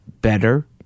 better